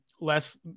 less